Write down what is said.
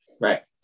Right